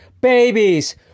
babies